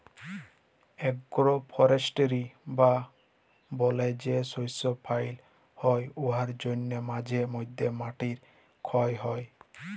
agro forestry বা বলে যে শস্য ফলাল হ্যয় উয়ার জ্যনহে মাঝে ম্যধে মাটির খ্যয় হ্যয়